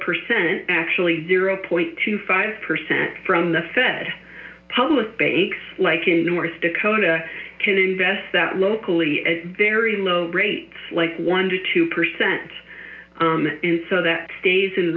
percent actually zero point to five percent from the fed public banks like in north dakota can invest that locally at very low rates like one two percent and so that stays in